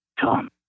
Tom